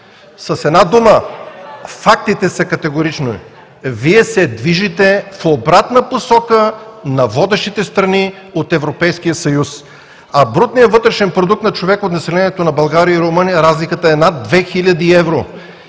С една дума фактите са категорични: Вие се движите в обратна посока на водещите страни от Европейския съюз, а разликата в брутния вътрешен продукт на човек от населението на България и Румъния е над 2000 евро.